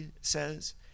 says